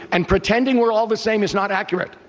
and pretending we're all the same is not accurate.